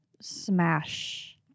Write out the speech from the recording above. Smash